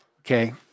Okay